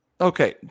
Okay